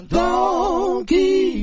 donkey